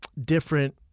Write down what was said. different